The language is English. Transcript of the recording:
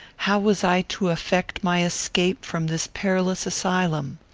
how was i to effect my escape from this perilous asylum?